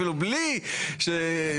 אפילו בלי למצמץ,